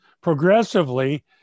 progressively